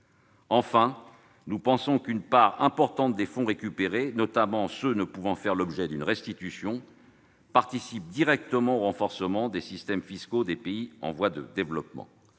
Enfin, nous pensons qu'une part importante des fonds récupérés, notamment ceux qui ne peuvent pas faire l'objet d'une restitution, devrait participer directement au renforcement des systèmes fiscaux des pays en voie de développement.